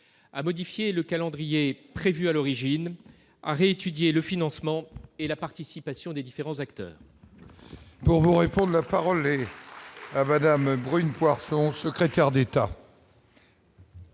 à modifier le calendrier prévu à l'origine à réétudier le financement et la participation des différents acteurs. Bonjour et prendre la parole est à madame brune Poirson, secrétaire d'État.